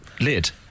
Lid